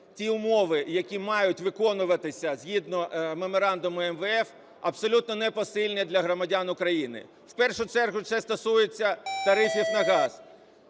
ті умови, які мають виконуватися згідно Меморандуму МВФ, абсолютно непосильні для громадян України. В першу чергу це стосується тарифів на газ.